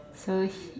so he